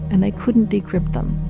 and they couldn't decrypt them.